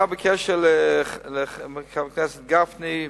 עכשיו באשר לחברי הכנסת גפני,